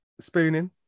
spooning